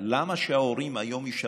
למה שההורים היום ישלמו?